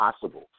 possible